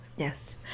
Yes